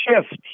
shift